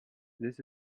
this